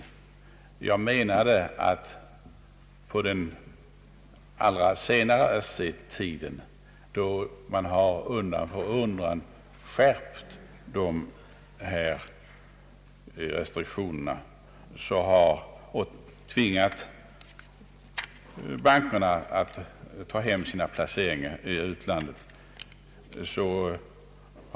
Vad jag åsyftade var att besvärligheterna synes framför allt ha framträtt under den senaste tiden, då man undan för undan skärpt restriktionerna och tvingat bankerna att ta hem sina placeringar i utlandet.